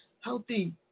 healthy